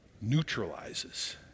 neutralizes